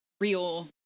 real